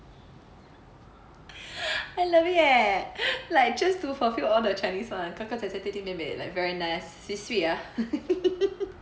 I love it eh like just to fulfill all the chinese [one] 哥哥姐姐弟弟妹妹 like very nice swee swee ah